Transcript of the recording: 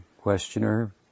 questioner